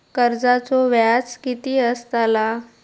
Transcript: कर्जाचो व्याज कीती असताला?